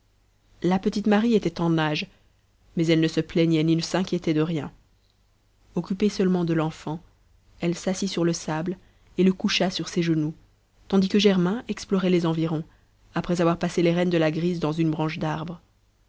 la petite marie était en nage mais elle ne se plaignait ni ne s'inquiétait de rien occupée seulement de l'enfant elle s'assit sur le sable et le coucha sur ses genoux tandis que germain explorait les environs après avoir passé les rênes de la grise dans une branche d'arbre